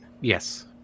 Yes